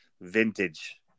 vintage